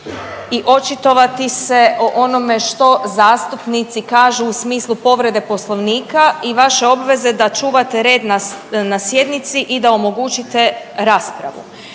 i očitovati se o onome što zastupnici kažu u smislu povrede Poslovnika. I vaša obveza je da čuvate red na sjednici i da omogućite raspravu.